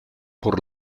por